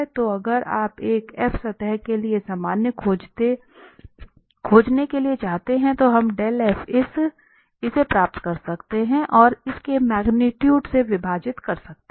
तो अगर आप एक f सतह के लिए सामान्य खोजने के लिए चाहते हैं तो हम इसे प्राप्त कर सकते हैं और इसके मैग्नीट्यूड से विभाजित कर सकते हैं